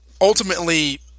ultimately